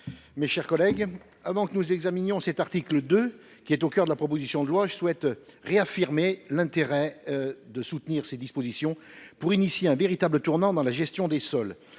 mes chers collègues, avant que nous n’examinions cet article 2, qui est au cœur de cette proposition de loi, je souhaite réaffirmer l’intérêt de soutenir ces dispositions pour amorcer un véritable tournant dans la gestion des sols.